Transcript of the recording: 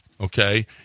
Okay